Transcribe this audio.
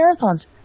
marathons